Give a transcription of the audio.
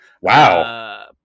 Wow